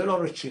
זה לא רציני.